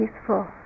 peaceful